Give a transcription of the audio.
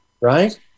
right